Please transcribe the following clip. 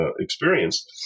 experience